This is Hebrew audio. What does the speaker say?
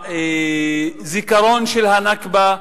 הזיכרון של ה"נכבה"